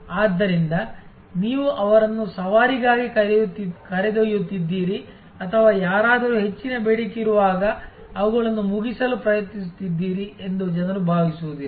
ಆದ್ದರಿಂದ ನೀವು ಅವರನ್ನು ಸವಾರಿಗಾಗಿ ಕರೆದೊಯ್ಯುತ್ತಿದ್ದೀರಿ ಅಥವಾ ಯಾರಾದರೂ ಹೆಚ್ಚಿನ ಬೇಡಿಕೆಯಿರುವಾಗ ಅವುಗಳನ್ನು ಮುಗಿಸಲು ಪ್ರಯತ್ನಿಸುತ್ತಿದ್ದೀರಿ ಎಂದು ಜನರು ಭಾವಿಸುವುದಿಲ್ಲ